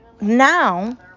now